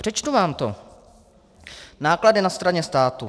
Přečtu vám to: Náklady na straně státu.